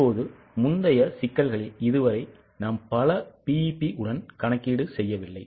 இப்போது முந்தைய சிக்கல்களில் இதுவரை நாம் பல BEP உடன் கணக்கீடு செய்யவில்லை